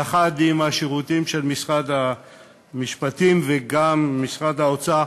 יחד עם השירותים של משרד המשפטים וגם של משרד האוצר,